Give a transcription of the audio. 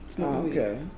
Okay